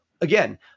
again